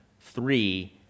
three